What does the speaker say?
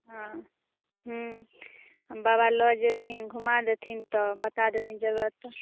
हँ हूँ बाबा लऽ जयथिन घुमा देथिन तऽ बता देथिन जगह तऽ